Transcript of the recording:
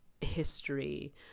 history